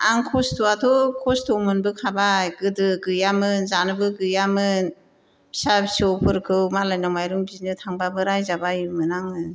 आं खस्थ'आथ' खस्थ' मोनबोखाबाय गोदो गैयामोन जानोबो गैयामोन फिसा फिसौफोरखौ मालायनाव माइरं बिनो थांब्लाबो रायजाबायोमोन आङो